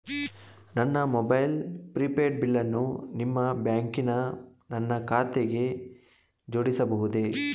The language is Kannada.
ನನ್ನ ಮೊಬೈಲ್ ಪ್ರಿಪೇಡ್ ಬಿಲ್ಲನ್ನು ನಿಮ್ಮ ಬ್ಯಾಂಕಿನ ನನ್ನ ಖಾತೆಗೆ ಜೋಡಿಸಬಹುದೇ?